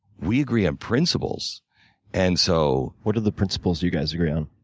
we agree on principles and so what are the principles you guys agree on?